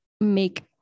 make